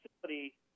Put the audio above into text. facility